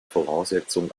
voraussetzung